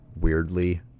weirdly